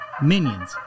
Minions